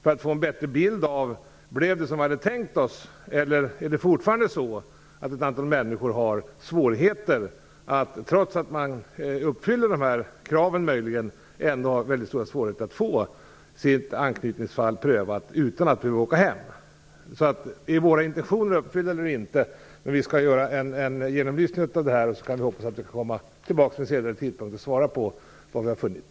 Vi kan då få en bättre bild av om det blev som vi hade tänkt oss eller om det fortfarande finns ett antal människor som, trots att de möjligen uppfyller de här kraven, har mycket stora svårigheter att få sitt anknytningsfall prövat utan att de skall behöva åka hem. Vi skall alltså oavsett om våra intentioner har uppfyllts eller inte göra en genomlysning av detta. Jag hoppas att vi kan komma tillbaks vid en senare tidpunkt och redovisa vad vi har funnit.